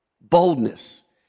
boldness